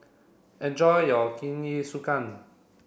enjoy your Jingisukan